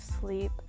sleep